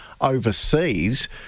overseas